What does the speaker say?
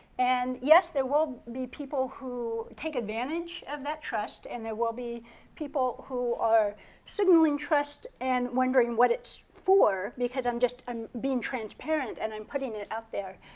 and, yes, there will be people who take advantage of that trust, and there will be people who are signaling trust and wondering what it's for, because i'm just being transparent and i'm putting it out there.